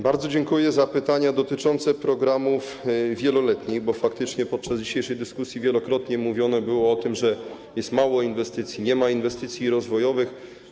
Bardzo dziękuję za pytania dotyczące programów wieloletnich, bo faktycznie podczas dzisiejszej dyskusji wielokrotnie mówiono o tym, że jest mało inwestycji, nie ma inwestycji rozwojowych.